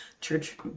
church